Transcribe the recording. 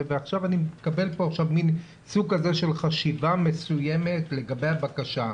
ועכשיו אני מקבל פה עכשיו מן סוג כזה של חשיבה מסוימת לגבי הבקשה.